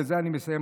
ובזה אני מסיים,